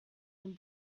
den